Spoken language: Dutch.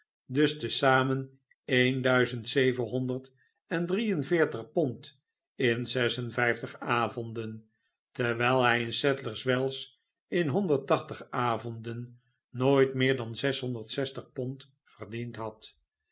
dus te zamen een duizend zeven honderd en drie en veertig pond in zes en vijftig avonden terwijl hij in sadlers wells in honderd tachtig avonden nooit meer dan zes honderd zestig pond verdiend had